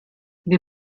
wir